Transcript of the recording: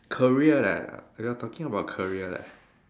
career leh we are talking about career leh